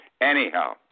Anyhow